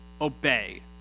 Obey